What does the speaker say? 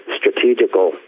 strategical